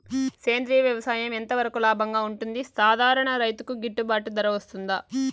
సేంద్రియ వ్యవసాయం ఎంత వరకు లాభంగా ఉంటుంది, సాధారణ రైతుకు గిట్టుబాటు ధర వస్తుందా?